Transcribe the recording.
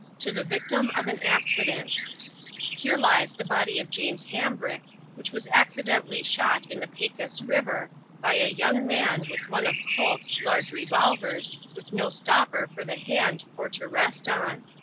to the victim of an accident here lies the body of james hambrick which was accidentally shot in the pacas river by a young man with one of colts large revolvers with no stopper for the hand for to rest on.